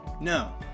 No